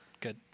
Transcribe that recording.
good